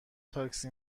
تاکسی